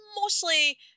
mostly